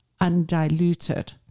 undiluted